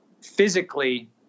physically